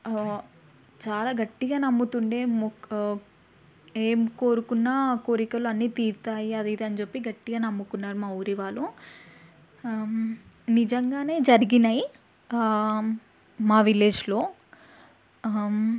చాలా గట్టిగా నమ్ముతుండే మొక్కు ఏం కోరుకున్నకోరికలు అన్ని తీరుతాయని అది ఇది అని చెప్పి గట్టిగా నమ్ముకున్నారు మా ఊరి వాళ్ళు నిజంగానే జరిగినాయి మా విలేజ్లో